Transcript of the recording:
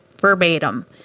verbatim